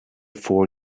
four